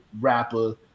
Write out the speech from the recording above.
rapper